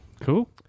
cool